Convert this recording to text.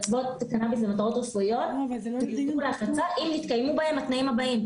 אצוות קנאביס למטרות רפואיות יותרו להפצה אם נתקיימו בהם התנאים הבאים.